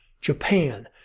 Japan